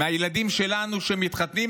מהילדים שלנו שמתחתנים.